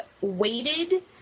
weighted